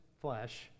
flesh